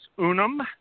unum